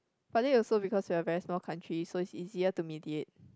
but then also because we are very small country so it's easier to mediate